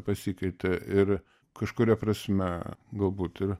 pasikeitė ir kažkuria prasme galbūt ir